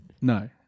No